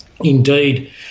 indeed